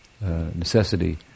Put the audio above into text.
necessity